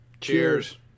cheers